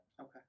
okay